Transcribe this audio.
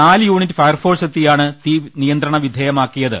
നാലുയൂണിറ്റ് fire force എത്തി യാണ് തീ നിയന്ത്രണവിധേയമാക്കിയത്